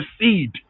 seed